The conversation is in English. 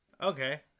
Okay